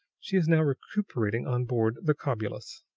she is now recuperating on board the cobulus.